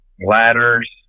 ladders